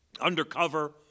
undercover